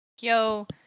Yo